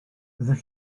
fyddech